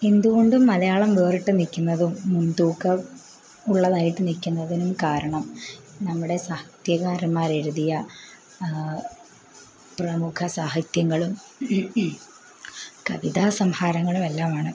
എന്ത് കൊണ്ടും മലയാളം വേറിട്ട് നിൽക്കുന്നതും മുൻതൂക്കം ഉള്ളതായിട്ട് നിൽക്കുന്നതിനും കാരണം നമ്മുടെ സാഹിത്യകാരന്മാരെഴുതിയ പ്രമുഖ സാഹിത്യങ്ങളും കവിതാ സംഹാരങ്ങളുമെല്ലാമാണ്